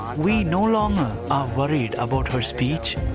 we no longer are worried about her speech,